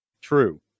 true